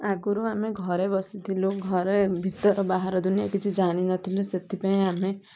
ଆଗରୁ ଆମେ ଘରେ ବସିଥିଲୁ ଘରେ ଭିତର ବାହାର ଦୁନିଆ କିଛି ଜାଣି ନଥିଲୁ ସେଥିପାଇଁ ଆମେ